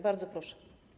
Bardzo proszę.